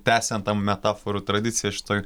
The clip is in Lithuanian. tęsiant tą metaforų tradiciją šitoj